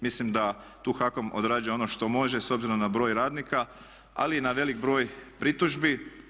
Mislim da tu HAKOM odrađuje ono što može s obzirom na broj radnika, ali i na velik broj pritužbi.